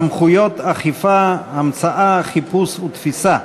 (סמכויות אכיפה, המצאה, חיפוש ותפיסה),